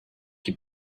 your